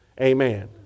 Amen